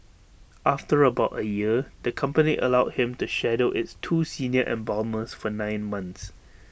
after about A year the company allowed him to shadow its two senior embalmers for nine months